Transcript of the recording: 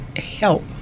help